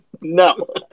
No